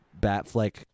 Batfleck